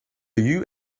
you